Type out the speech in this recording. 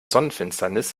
sonnenfinsternis